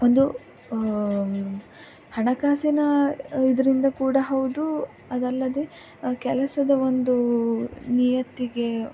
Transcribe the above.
ಒಂದು ಹಣಕಾಸಿನ ಇದರಿಂದ ಕೂಡ ಹೌದು ಅದಲ್ಲದೆ ಕೆಲಸದ ಒಂದು ನಿಯತ್ತಿಗೆ